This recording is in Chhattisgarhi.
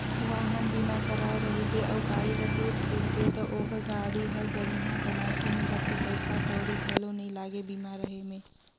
वाहन बीमा कराए रहिबे अउ गाड़ी ल टूट फूट गे त ओखर गाड़ी हर बड़िहा बनाये के मिल जाथे पइसा कउड़ी घलो नइ लागे बीमा रहें में